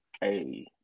hey